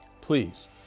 please